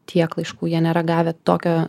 tiek laiškų jie nėra gavę tokio